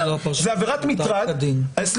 זו עבירת מטרד --- בית מדרש זה לא מקום ציבורי.